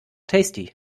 tasty